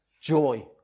joy